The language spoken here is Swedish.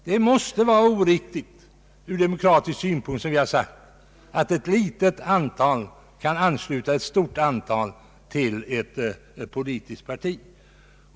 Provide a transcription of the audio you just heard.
Det måste, som vi har sagt, vara oriktigt från demokratisk synpunkt att ett litet antal personer kan ansluta ett stort antal till ett politiskt parti.